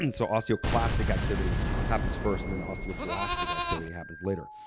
and so osteoclastic activity happens first, and then osteoblastic activity happens later.